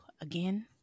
again